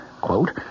Quote